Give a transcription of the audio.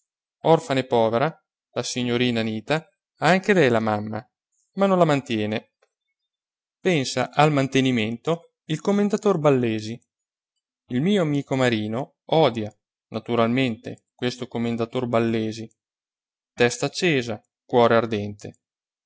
e povera la signorina anita ha anche lei la mamma ma non la mantiene pensa al mantenimento il commendator ballesi il mio amico marino odia naturalmente questo commendatore ballesi testa accesa cuore ardente